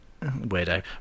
Weirdo